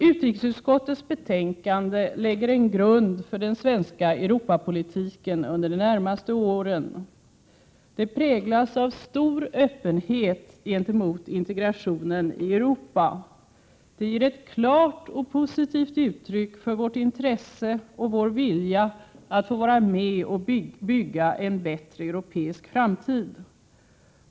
Utrikesutskottets betänkande lägger en grund för den Prot. 1987/88:114 svenska Europapolitiken under de närmaste åren. Det präglas av stor 4maj 1988 öppenhet gentemot integrationen i Europa. Det ger ett klart och positivt uttryck för vårt intresse och vår vilja att få vara med och bygga en bättre europeisk framtid.